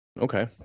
Okay